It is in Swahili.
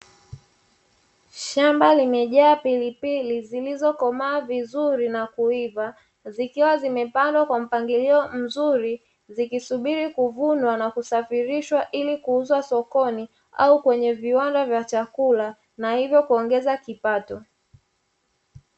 Shamba limejaa pilipili, zilizokomaa vizuri na kuiva , zikiwa zimepandwa kwa mpangilio mzuri, zikisubiri kuvunwa na kusafirishwa ili kuuzwa sokoni au kwenye viwanda vya chakula na hivyo kuongeza kipato .